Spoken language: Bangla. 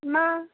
না